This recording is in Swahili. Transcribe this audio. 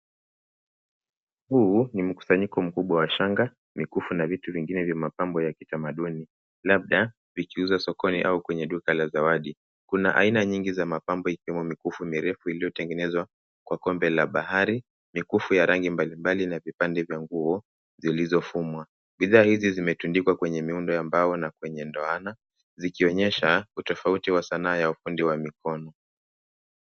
Huu nii mkusanyiko mkubwa wa shanga, mikufu na vitu vingine vya mapambo ya kitamaduni labda vikiuza sokoni au kwenye duka la zawadi. Kuna aina nyingi za mapambo ikiwemo mikufu mirefu iliyotengenezwa kwa kombe la bahari, mikufu ya rangi mbalimbali na vipande vya nguo Zilivyofumwa. Bidhaa hizi zimetundikwa kwa muundo wa mbao na kwenye ndoana zikionyesha utofauti wa sanaa ya ufundi wa mikono.